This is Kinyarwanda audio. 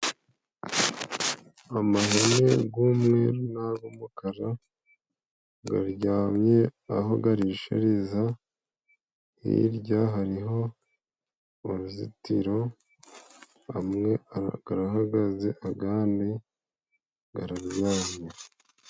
Ihene z'umweru n'iz'umukara ziryamye aho zirishiriza, hirya hariho uruzitiro zimwe zirahagaze, izindi ziraryamye.